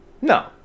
no